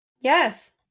Yes